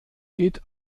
geht